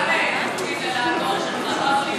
אתה גם מקפיד על התואר שלך.